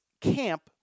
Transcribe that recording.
camp